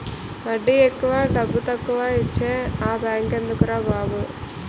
వడ్డీ ఎక్కువ డబ్బుతక్కువా ఇచ్చే ఆ బేంకెందుకురా బాబు